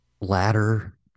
Ladder